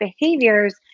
behaviors